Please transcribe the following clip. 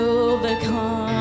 overcome